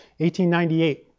1898